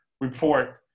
report